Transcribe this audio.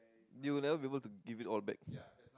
you'll never be able to give it all back